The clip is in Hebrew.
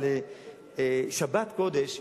אבל שבת קודש,